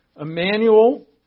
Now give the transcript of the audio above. Emmanuel